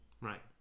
right